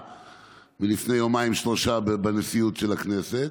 לפני יומיים-שלושה מהנשיאות של הכנסת,